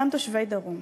אותם תושבי הדרום.